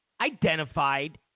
identified